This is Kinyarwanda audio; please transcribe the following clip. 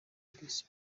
disi